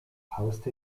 haust